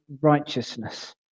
righteousness